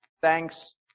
thanks